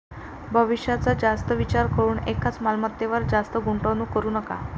भविष्याचा जास्त विचार करून एकाच मालमत्तेवर जास्त गुंतवणूक करू नका